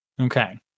Okay